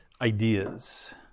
ideas